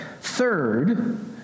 third